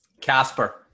Casper